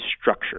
structure